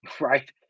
right